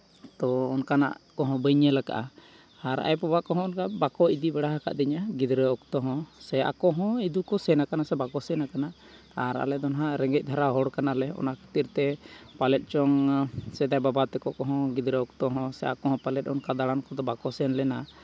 ᱛᱚ ᱚᱱᱠᱟᱱᱟᱜ ᱠᱚᱦᱚᱸ ᱵᱟᱹᱧ ᱧᱮᱞ ᱟᱠᱟᱫᱼᱟ ᱟᱨ ᱟᱭᱚ ᱵᱟᱵᱟ ᱠᱚᱦᱚᱸ ᱚᱱᱠᱟ ᱵᱟᱠᱚ ᱤᱫᱤ ᱵᱟᱲᱟ ᱦᱟᱠᱟᱫᱤᱧᱟᱹ ᱜᱤᱫᱽᱨᱟᱹ ᱚᱠᱛᱚ ᱦᱚᱸ ᱥᱮ ᱟᱠᱚ ᱦᱚᱸ ᱤᱫᱩ ᱠᱚ ᱥᱮᱱᱟᱠᱟᱱᱟ ᱥᱮ ᱵᱟᱠᱚ ᱥᱮᱱᱟᱠᱟᱱᱟ ᱟᱨ ᱟᱞᱮ ᱫᱚ ᱱᱟᱦᱟᱜ ᱨᱮᱸᱜᱮᱡᱽ ᱫᱷᱟᱨᱟ ᱦᱚᱲ ᱠᱟᱱᱟᱞᱮ ᱚᱱᱟ ᱠᱷᱟᱹᱛᱤᱨ ᱛᱮ ᱯᱟᱞᱮᱫ ᱪᱚᱝ ᱥᱮᱫᱟᱭ ᱵᱟᱵᱟ ᱛᱮᱠᱚ ᱠᱚᱦᱚᱸ ᱜᱤᱫᱽᱨᱟᱹ ᱚᱠᱛᱚ ᱦᱚᱸ ᱥᱮ ᱟᱠᱚ ᱦᱚᱸ ᱯᱟᱞᱮᱫ ᱚᱱᱠᱟ ᱫᱟᱬᱟᱱ ᱠᱚᱫᱚ ᱵᱟᱠᱚ ᱥᱮᱱ ᱞᱮᱱᱟ